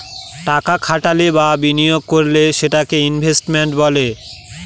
টাকা খাটালে বা বিনিয়োগ করলে সেটাকে ইনভেস্টমেন্ট বলে